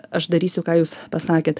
aš darysiu ką jūs pasakėt